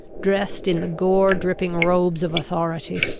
dressed in the gore-dripping robes of authority!